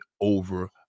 over